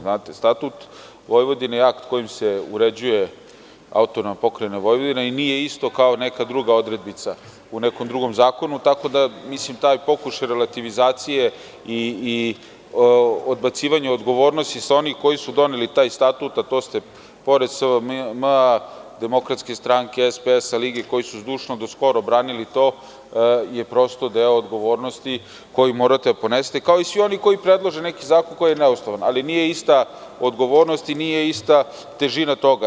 Znate, Statut Vojvodine je akt kojim se uređuje AP Vojvodina i nije isto kao neka druga odrednica u nekom drugom zakonu, tako da taj pokušaj relativizacije i odbacivanja odgovornosti sa onih koji su doneli taj Statut, a to su pored Saveza vojvođanskih Mađara, Demokratske stranke, Socijalističke partije Srbije, Lige, koji su zdušno do skoro branili to, je prosto deo odgovornosti koji morate da ponesete, kao i svi i oni koji predlože neki zakon koji je neustavan, ali nije ista odgovornost i nije ista težina toga.